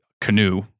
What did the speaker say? canoe